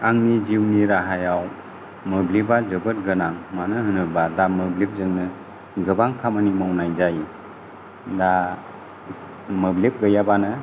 आंनि जिउनि राहायाव मोब्लिबा जोबोद गोनां मानो होनोब्ला दा मोब्लिबजोंनो गोबां खामानि मावनाय जायो दा मोब्लिब गैयाबानो